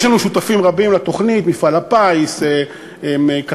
יש לנו שותפים רבים לתוכנית: מפעל הפיס, קק"ל,